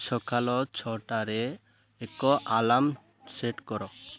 ସକାଳ ଛଅଟାରେ ଏକ ଆଲାର୍ମ ସେଟ୍ କର